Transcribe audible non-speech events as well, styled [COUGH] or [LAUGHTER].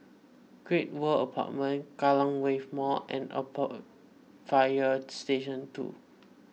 Great World Apartments Kallang Wave Mall and [UNINTELLIGIBLE] Fire Station two